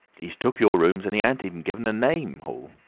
he's took your rooms and he ain't even given a name, hall.